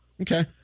Okay